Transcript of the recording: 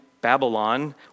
Babylon